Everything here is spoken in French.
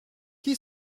qui